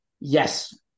Yes